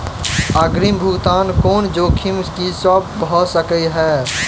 अग्रिम भुगतान केँ जोखिम की सब भऽ सकै हय?